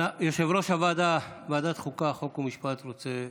יושב-ראש ועדת חוקה, חוק ומשפט רוצה לסכם.